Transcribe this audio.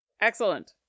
Excellent